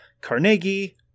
carnegie